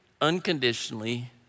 unconditionally